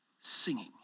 Singing